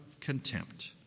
contempt